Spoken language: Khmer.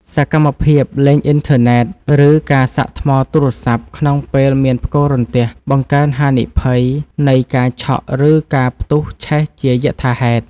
សកម្មភាពលេងអ៊ីនធឺណិត ឬការសាកថ្មទូរស័ព្ទក្នុងពេលមានផ្គររន្ទះ បង្កើនហានិភ័យនៃការឆក់ ឬការផ្ទុះឆេះជាយថាហេតុ។